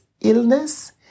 illness